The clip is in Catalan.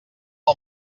amb